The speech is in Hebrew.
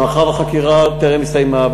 מאחר שהחקירה טרם הסתיימה,